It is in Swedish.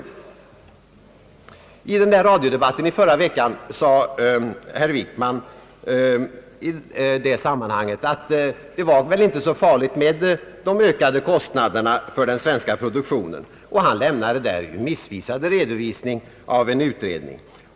Herr Wickman sade i radiodebatten i förra veckan att kostnaderna inte var så höga för den svenska produktionen. Han lämnade därvid en missvisande redovisning av en utredning.